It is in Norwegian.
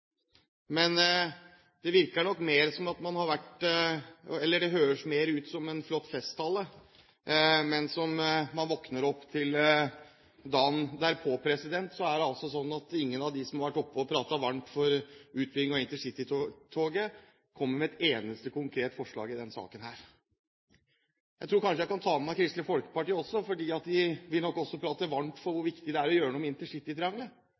Men det høres mer ut som en flott festtale, og når man våkner opp dagen derpå, er det slik at ingen av dem som har vært oppe og pratet varmt for utbygging av intercitytoget, kommer med et eneste konkret forslag i denne saken. Jeg tror kanskje jeg kan ta med Kristelig Folkeparti også, for de vil nok også prate varmt om hvor viktig det er å gjøre noe med